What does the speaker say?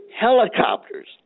helicopters